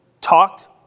talked